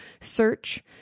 search